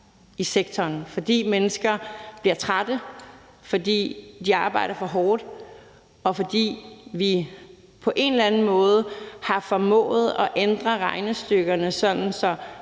i sektoren, fordi mennesker bliver trætte, fordi de arbejder for hårdt, og fordi vi på en eller anden måde har formået at ændre regnestykkerne, sådan at